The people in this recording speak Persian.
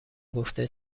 گفته